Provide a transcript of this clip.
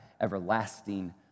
everlasting